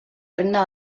regne